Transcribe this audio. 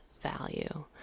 value